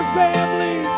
family